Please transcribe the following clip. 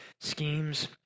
schemes